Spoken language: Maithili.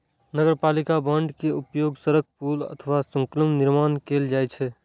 नगरपालिका बांड के उपयोग सड़क, पुल अथवा स्कूलक निर्माण मे कैल जाइ छै